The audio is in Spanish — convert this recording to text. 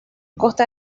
costa